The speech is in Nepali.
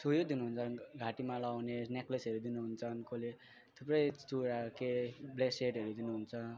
सो उयो दिनु हुन्छ घाँटीमा लगाउने नेक्लेसहरू दिनु हुन्छ कसले थुप्रै चुराहरू के अरे ब्रेसलेटहरू दिनु हुन्छ